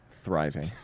thriving